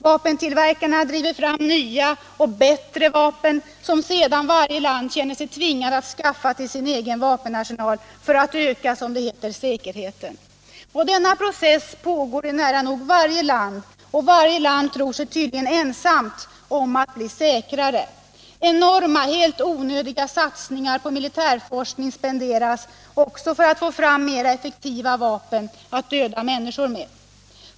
Vapentillverkarna driver fram nya och ”bättre” vapen som sedan varje land känner sig tvingat att skaffa till sin vapenarsenal för att — som man säger — öka säkerheten. Denna process pågår i nära nog varje land, och varje land tror sig tydligen ensamt om att bli ”säkrare”. Enorma helt onödiga satsningar på militärforskning görs också för att få fram mer effektiva vapen att döda människor med.